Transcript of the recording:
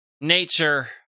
nature